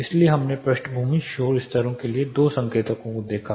इसलिए हमने पृष्ठभूमि शोर स्तरों के लिए दो संकेतकों को देखा